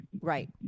right